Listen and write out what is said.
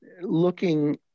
looking